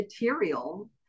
material